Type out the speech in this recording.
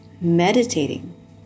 meditating